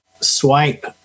swipe